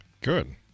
Good